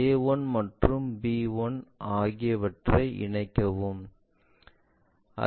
a 1 மற்றும் b 1 ஆகியவற்றை இணைக்கலாம்